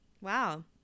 wow